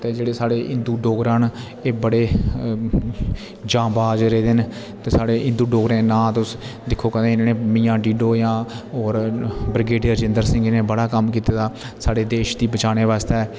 ते जेह्ड़े साढ़े हिन्दू डोगरा न एह् बड़े जांबाज रेदे न साढ़े हिन्दू डोगरे नाह तुस दिखो कदे इन्ने इन्ने मियां डीडो या ओर ब्रिगेडियर राजिंदर सिंह न बड़ा कम्म कीते दा साढ़े देश दी बचाने बास्ते